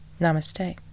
Namaste